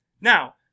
Now